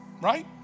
right